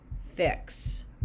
fix